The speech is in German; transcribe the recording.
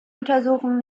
untersuchung